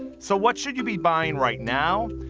so what should you be buying right now?